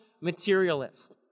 materialist